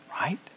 Right